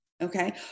okay